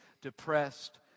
depressed